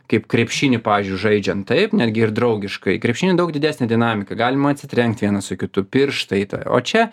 kaip krepšinį pavyzdžiui žaidžiant taip netgi ir draugiškai krepšiny daug didesnė dinamika galima atsitrenkt vienas su kitu pirštai tai o čia